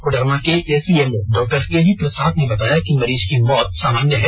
कोडरमा के ACMO doctor AB Prasad बताया कि मरीज की मौत सामान्य है